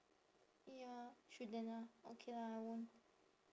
ya shouldn't ah okay lah I won't